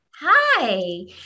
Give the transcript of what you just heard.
Hi